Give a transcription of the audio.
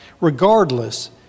Regardless